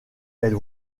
elle